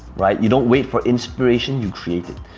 right? you don't wait for inspiration, you create it.